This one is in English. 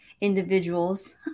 individuals